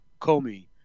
Comey –